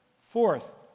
Fourth